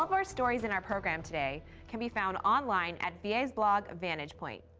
our stories in our program today can be found online at va's blog vantage point.